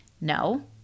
No